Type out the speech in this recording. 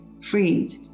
Freed